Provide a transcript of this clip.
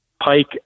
pike